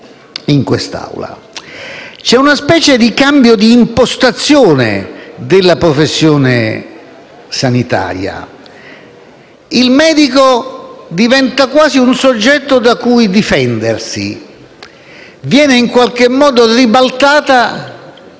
in quest'Aula. C'è una specie di cambio di impostazione della professione sanitaria. Il medico diventa quasi un soggetto da cui difendersi. Viene in qualche modo ribaltata